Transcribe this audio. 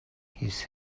his